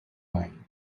mine